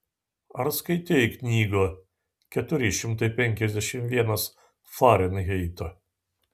ar skaitei knygą keturi šimtai penkiasdešimt vienas farenheito